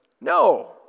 No